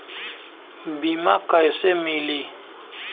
बीमा कैसे मिली?